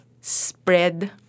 spread